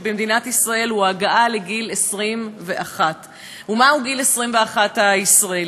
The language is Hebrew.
במדינת ישראל הוא הגעה לגיל 21. ומהו גיל 21 הישראלי?